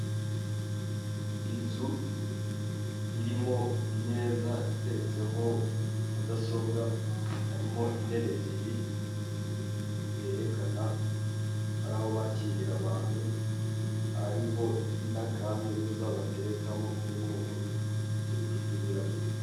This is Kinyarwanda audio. Inzu irimo imeza iteretseho mudasobwa, harimo intebe ebyiri, yerekana aho bakirira abantu ari ho n'akantuza baterekamo k'umweru urugi rw'ibirahuri.